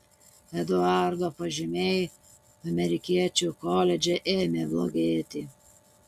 eduardo pažymiai amerikiečių koledže ėmė blogėti